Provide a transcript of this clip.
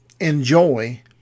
enjoy